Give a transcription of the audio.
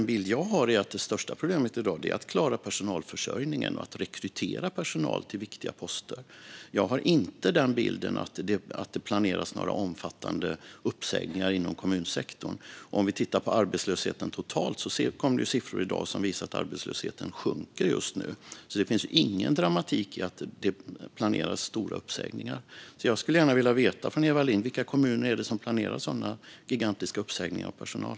Den bild jag har är att det största problemet i dag handlar om att klara personalförsörjningen och att rekrytera personal till viktiga poster. Jag har inte någon bild av att det planeras omfattande uppsägningar inom kommunsektorn. Vi kan titta på arbetslösheten totalt. Det kom siffror i dag som visar att arbetslösheten just nu sjunker. Det finns alltså ingen dramatik som handlar om att det planeras stora uppsägningar. Jag skulle gärna vilja veta från Eva Lindh: Vilka kommuner är det som planerar gigantiska uppsägningar av personal?